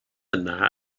yna